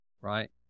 right